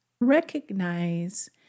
recognize